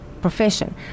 profession